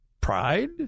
Pride